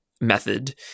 method